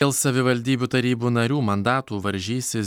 dėl savivaldybių tarybų narių mandatų varžysis